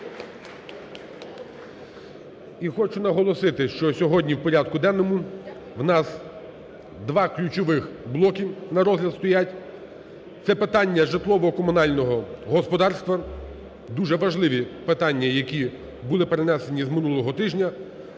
І хочу наголосити, що сьогодні в порядку денному в нас два ключові блоки на розгляд стоять, це питання житлово-комунального господарства, дуже важливі питання, які були перенесені з минулого тижня,